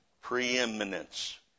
preeminence